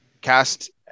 cast